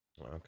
okay